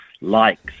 likes